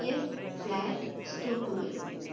F flat സ്റ്റോക്കുകൾ